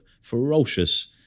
ferocious